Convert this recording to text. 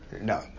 No